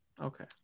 okay